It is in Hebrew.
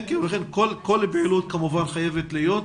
כן, ולכן כל פעילות כמובן חייבת להיות.